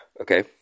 Okay